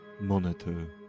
monitor